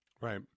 Right